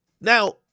Now